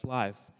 life